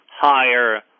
higher